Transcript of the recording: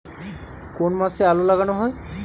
কোন মাসে আলু লাগানো হয়?